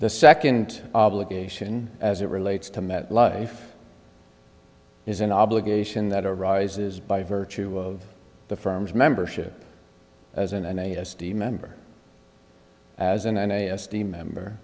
the second obligation as it relates to met life is an obligation that arises by virtue of the firm's membership as an n a s d member as an a s d member